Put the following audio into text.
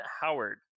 Howard